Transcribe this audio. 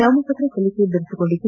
ನಾಮಪತ್ರ ಸಲ್ಲಿಕೆ ಬಿರುಸುಗೊಂಡಿದ್ಲು